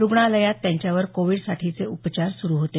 रुग्णालयात त्यांच्यावर कोविडसाठीचे उपचार सुरु होते